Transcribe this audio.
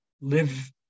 live